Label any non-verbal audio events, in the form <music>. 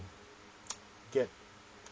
<noise> get